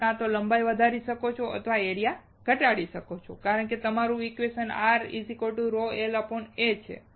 તમે કાં તો લંબાઈ વધારી શકો છો અથવા તમે એરિયા ઘટાડી શકો છો કારણ કે તમારું ઇક્વેશન R L A છે